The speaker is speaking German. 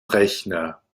rechner